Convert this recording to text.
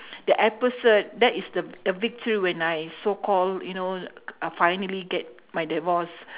the episode that is the the victory when I so-called you know c~ finally get my divorce